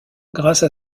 grâce